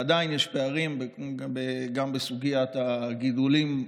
עדיין יש פערים גם בסוגיית הגידולים,